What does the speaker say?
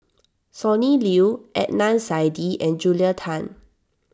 Sonny Liew Adnan Saidi and Julia Tan